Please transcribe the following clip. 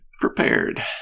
prepared